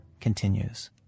continues